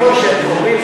נכון,